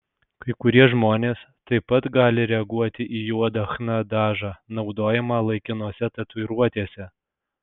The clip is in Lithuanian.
kai kurie žmonės taip pat gali reaguoti į juodą chna dažą naudojamą laikinose tatuiruotėse